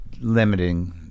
limiting